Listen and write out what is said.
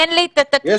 אין לי את התקציב,